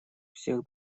всех